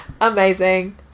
amazing